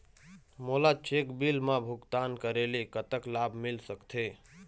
मोला cheque bill मा भुगतान करेले कतक लाभ मिल सकथे?